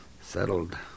settled